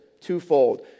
twofold